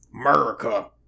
America